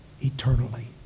eternally